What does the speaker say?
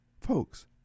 Folks